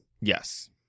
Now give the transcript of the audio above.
Yes